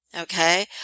Okay